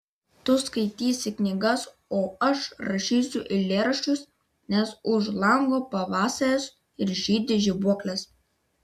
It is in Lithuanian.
tu skaitysi knygas o aš rašysiu eilėraščius nes už lango pavasaris ir žydi žibuoklės